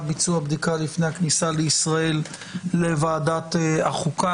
ביצוע בדיקה לפני הכניסה לישראל לוועדת החוקה,